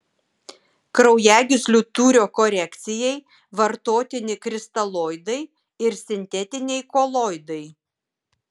kraujagyslių tūrio korekcijai vartotini kristaloidai ir sintetiniai koloidai